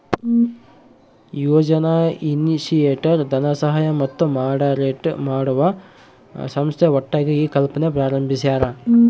ಯೋಜನಾ initiator ಧನಸಹಾಯ ಮತ್ತು moderate ಮಾಡುವ ಸಂಸ್ಥೆ ಒಟ್ಟಾಗಿ ಈ ಕಲ್ಪನೆ ಪ್ರಾರಂಬಿಸ್ಯರ